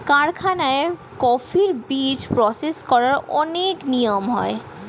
কারখানায় কফির বীজ প্রসেস করার অনেক নিয়ম হয়